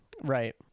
Right